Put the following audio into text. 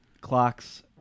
Clocks